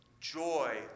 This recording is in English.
joy